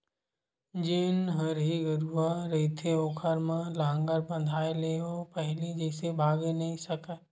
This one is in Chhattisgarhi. जेन हरही गरूवा रहिथे ओखर म लांहगर बंधाय ले ओ पहिली जइसे भागे नइ सकय